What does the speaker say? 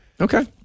Okay